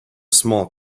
small